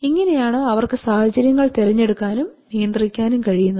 ഇങ്ങനെയാണ് അവർക്ക് സാഹചര്യങ്ങൾ തിരഞ്ഞെടുക്കാനും നിയന്ത്രിക്കാനും കഴിയുന്നത്